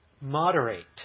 moderate